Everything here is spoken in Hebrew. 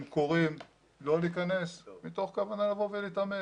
הם קוראים לא להיכנס מתוך כוונה להתעמת.